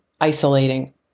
isolating